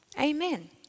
Amen